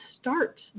start